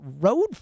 road